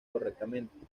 correctamente